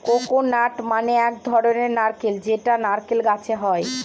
coconut মানে এক ধরনের নারকেল যেটা নারকেল গাছে হয়